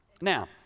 Now